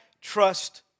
trust